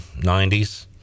90s